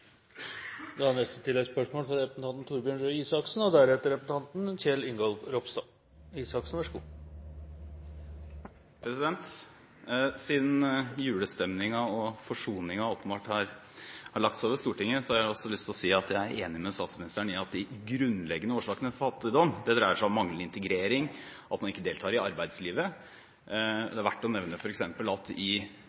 Torbjørn Røe Isaksen – til oppfølgingsspørsmål. Siden julestemningen og forsoningen åpenbart har lagt seg over Stortinget, har jeg lyst til å si at jeg er enig med statsministeren i at de grunnleggende årsakene til fattigdom dreier seg om manglende integrering og at man ikke deltar i arbeidslivet.